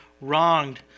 wronged